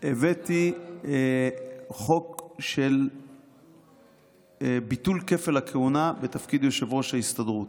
הבאתי חוק של ביטול כפל הכהונה בתפקיד יושב-ראש ההסתדרות.